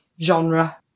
genre